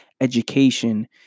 education